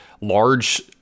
large